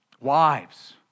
Wives